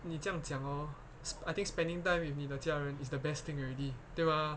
你这样讲 orh I think spending time with 你的家人 is the best thing already 对吗